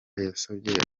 yasabye